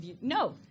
No